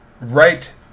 Right